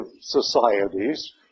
societies